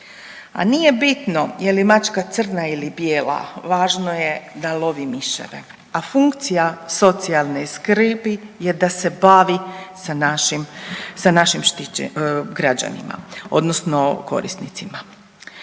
a nije bitno je li mačka crna ili bijela, važno je da lovi miševe, a funkcija socijalne skrbi je da se bavi sa našim, sa našim građanima odnosno korisnicima.